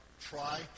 try